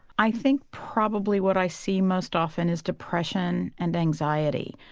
i think probably what i see most often is depression and anxiety.